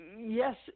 yes